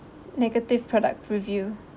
negative product review